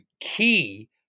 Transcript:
key